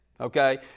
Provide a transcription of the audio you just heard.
okay